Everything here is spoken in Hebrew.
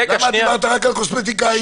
למה דיברת על קוסמטיקאים?